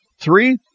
three